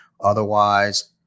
otherwise